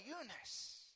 Eunice